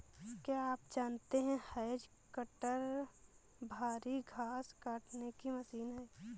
क्या आप जानते है हैज कटर भारी घांस काटने की मशीन है